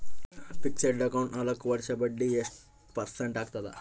Fixed account ನಾಲ್ಕು ವರ್ಷಕ್ಕ ಬಡ್ಡಿ ಎಷ್ಟು ಪರ್ಸೆಂಟ್ ಆಗ್ತದ?